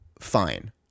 fine